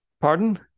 Pardon